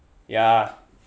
ya